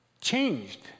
changed